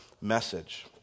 message